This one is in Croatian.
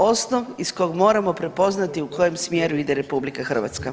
Osnov iz kog moramo prepoznati u kojem smjeru ide RH.